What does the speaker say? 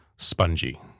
spongy